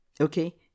Okay